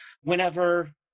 Whenever